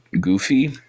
goofy